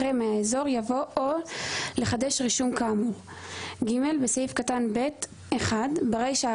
אחרי "מהאזור" יבוא "או לחדש רישום כאמור"; בסעיף קטן (ב) - ברישה,